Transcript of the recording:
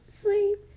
sleep